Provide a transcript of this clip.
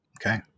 Okay